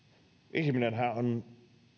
ihminenhän on